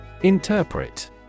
Interpret